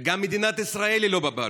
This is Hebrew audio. וגם מדינת ישראל היא לא בבעלותו.